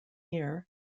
year